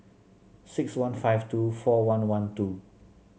six one five two four one one two